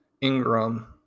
Ingram